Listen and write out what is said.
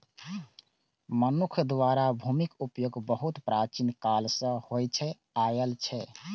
मनुक्ख द्वारा भूमिक उपयोग बहुत प्राचीन काल सं होइत आयल छै